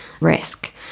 risk